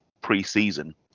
pre-season